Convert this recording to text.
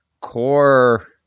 core